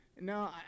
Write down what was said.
No